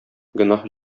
гөнаһ